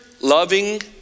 Loving